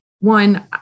one